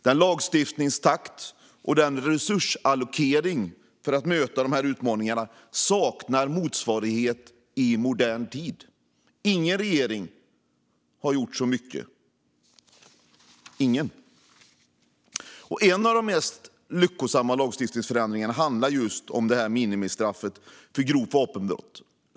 Den lagstiftningsakt och den resursallokering för att möta de utmaningarna saknar motsvarighet i modern tid. Ingen regering har gjort så mycket. En av de mest lyckosamma lagstiftningsförändringarna handlar just om minimistraffet för grovt vapenbrott.